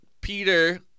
Peter